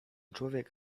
człowiek